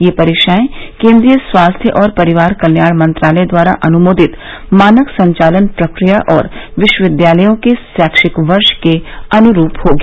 ये परीक्षाएं केंद्रीय स्वास्थ्य और परिवार कल्याण मंत्रालय द्वारा अनुमोदित मानक संचालन प्रक्रिया और विश्वविद्यालयों के शैक्षिक वर्ष के अनुरूप होंगी